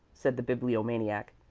said the bibliomaniac.